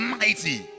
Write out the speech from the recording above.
mighty